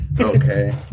Okay